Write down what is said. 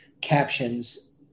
captions